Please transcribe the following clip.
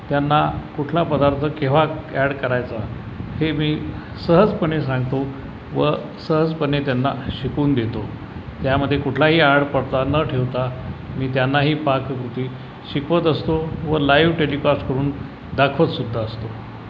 त्यांना कुठला पदार्थ केव्हा अॅड करायचा हे मी सहजपणे सांगतो व सहजपणे त्यांना शिकवून देतो त्यामध्ये कुठलाही आडपडदा न ठेवता मी त्यांना ही पाककृती शिकवत असतो व लाईव्ह टेलिकास्ट करून दाखवत सुद्धा असतो